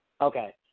Okay